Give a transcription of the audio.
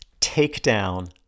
takedown